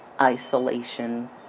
isolation